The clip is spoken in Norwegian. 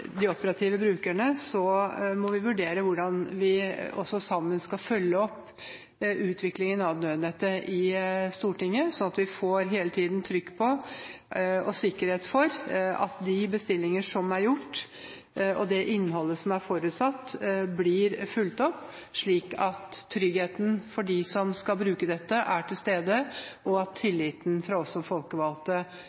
de operative brukerne, så må vi vurdere hvordan vi sammen skal følge opp utviklingen av nødnettet i Stortinget. Vi må hele tiden få trykk på og sikkerhet for at de bestillinger som er gjort, og det innholdet som er forutsatt, blir fulgt opp, slik at tryggheten for dem som skal bruke dette, er til stede, slik at